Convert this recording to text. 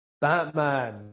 Batman